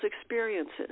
experiences